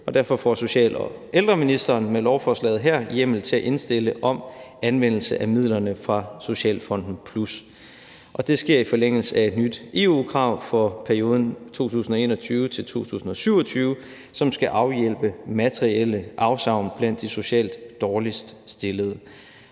derfor får social- og ældreministeren med lovforslaget her hjemmel til at indstille om anvendelse af midlerne fra Socialfonden Plus – og det sker i forlængelse af et nyt EU-krav for perioden 2021-2027, som skal afhjælpe materielle afsavn blandt de socialt dårligst stillede.